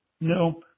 No